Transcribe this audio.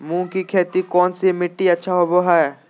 मूंग की खेती कौन सी मिट्टी अच्छा होबो हाय?